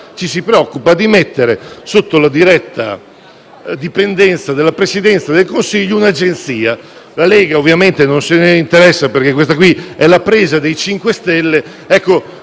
però, è di mettere sotto la diretta dipendenza della Presidenza del Consiglio un'agenzia. La Lega ovviamente non se ne interessa perché questa è la presa dei 5 Stelle.